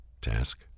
task